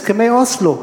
את הסכמי אוסלו.